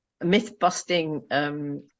myth-busting